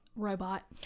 Robot